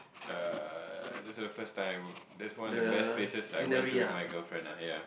uh this is the first time this is one of the best places I went to with my girlfriend ah ya